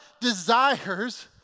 desires